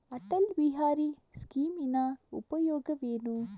ಅಟಲ್ ಬಿಹಾರಿ ಸ್ಕೀಮಿನ ಉಪಯೋಗವೇನು?